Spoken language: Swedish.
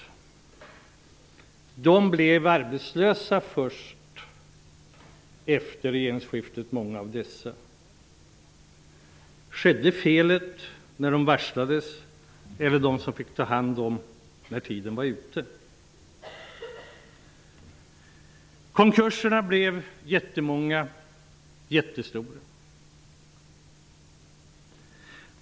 Många av de varslade blev arbetslösa först efter regeringsskiftet. Skedde felet när de varslades eller när uppsägningstiden gick ut? Konkurserna blev jättemånga och jättestora.